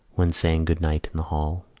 when saying good-night in the hall,